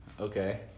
Okay